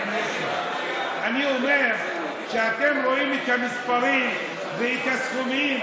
אני אומר שכשאתם רואים את המספרים ואת הסכומים